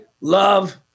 love